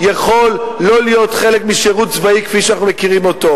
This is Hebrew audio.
יכול לא להיות חלק משירות צבאי כפי שאנחנו מכירים אותו.